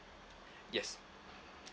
yes